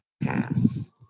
pass